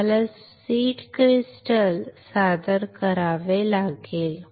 आम्हाला seed crystal सादर करावे लागेल